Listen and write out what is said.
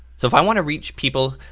so if i want to reach people,